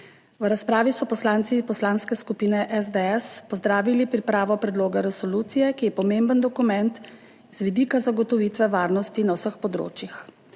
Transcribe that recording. V razpravi so poslanci Poslanske skupine SDS pozdravili pripravo predloga resolucije, ki je pomemben dokument z vidika zagotovitve varnosti na vseh področjih.